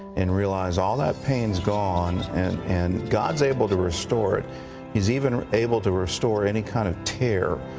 and realize all of that pain is gone, and and god is able to restore it. he is even able to restore any kind of tear.